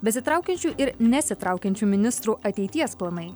besitraukiančių ir nesitraukiančių ministrų ateities planai